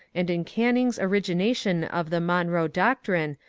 and in canning's origination of the monroe doctrine,